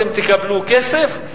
אתם תקבלו כסף?